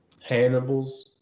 Hannibal's